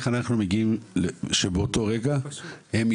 אני רוצה לדעת איך אנחנו מגיעים לכך שבאותו רגע יש